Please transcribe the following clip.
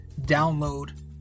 download